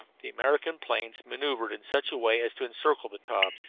the american planes maneuvered in such a way as to encircle the taube,